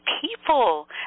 people